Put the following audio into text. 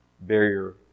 barrier